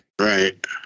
Right